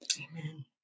Amen